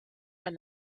and